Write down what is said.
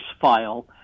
file